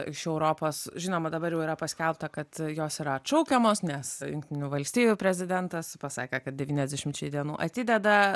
iš europos žinoma dabar jau yra paskelbta kad jos yra atšaukiamos nes jungtinių valstijų prezidentas pasakė kad devyniasdešimčiai dienų atideda